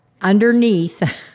Underneath